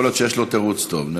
יכול להיות שיש לו תירוץ טוב.